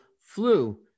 flu